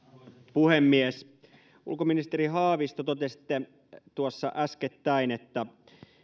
puhemies ulkoministeri haavisto totesitte tuossa äskettäin että